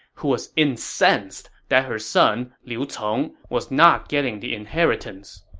who was incensed that her son, liu cong, was not getting the inheritance.